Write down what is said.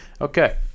Okay